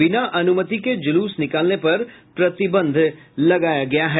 बिना अनुमति के जुलूस निकालने पर प्रतिबंद्व लगाया गया है